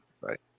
Right